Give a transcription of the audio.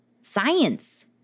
Science